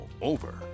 over